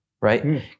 right